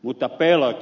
mutta pelko